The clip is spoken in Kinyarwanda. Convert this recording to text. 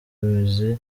imizi